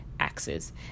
axes